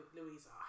Louisa